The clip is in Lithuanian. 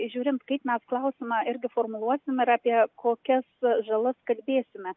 žiūrint kaip mes klausimą irgi formuluosim ir apie kokias žalas kalbėsime